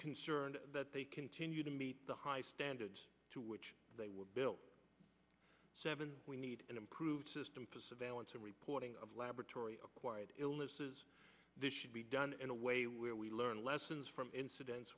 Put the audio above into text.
be they continue to meet the high standards to which they were built seven we need an improved system for surveillance and reporting of laboratory acquired illnesses this should be done in a way where we learn lessons from inciden